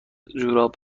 جوراب